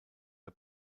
der